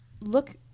look